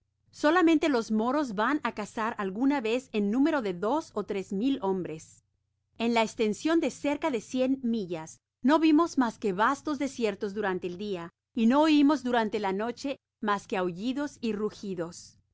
solamente los moros van aun á cazar alguna vez en número de dos ó tres mil hombres en la extension de cerca de cien millas no vimos m as que vastos desiertos durante el dia y nooimos durante la noche mas que ahullidos y rugidos mas de